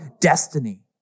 destiny